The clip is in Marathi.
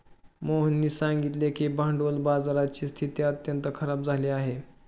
मोहननी सांगितले की भांडवल बाजाराची स्थिती अत्यंत खराब झाली आहे